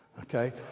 Okay